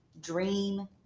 dream